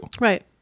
Right